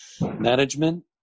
management